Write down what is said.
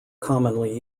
commonly